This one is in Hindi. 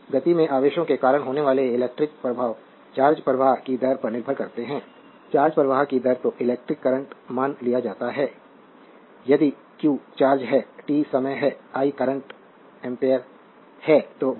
तो गति में आवेशों के कारण होने वाले इलेक्ट्रिक प्रभाव चार्ज प्रवाह की दर पर निर्भर करते हैं चार्ज प्रवाह की दर को इलेक्ट्रिक करंट मान लिया जाता है यदि q चार्ज है t समय है और i करंट एं है